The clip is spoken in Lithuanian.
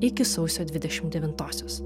iki sausio dvidešimt devintosios